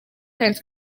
kandi